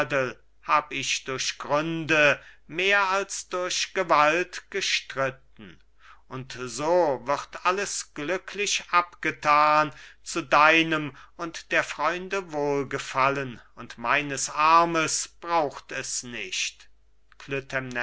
hab ich durch gründe mehr als durch gewalt gestritten und so wird alles glücklich abgethan zu deinem und der freunde wohlgefallen und meines armes braucht es nicht